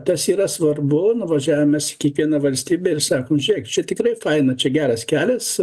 tas yra svarbu nuvažiavę mes į kiekvieną valstybę ir sakom žėk čia tikrai faina čia geras kelias